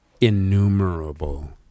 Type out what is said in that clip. Innumerable